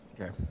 Okay